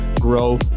grow